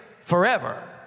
forever